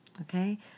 Okay